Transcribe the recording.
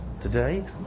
today